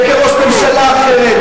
וכראש ממשלה אחרת.